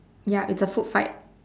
ya it's a food fight